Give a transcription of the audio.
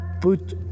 put